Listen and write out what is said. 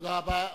תודה רבה.